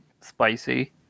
spicy